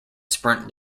sprint